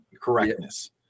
correctness